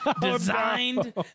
designed